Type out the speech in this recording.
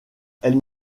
elle